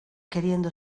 queriendo